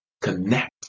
connect